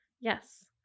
Yes